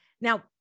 Now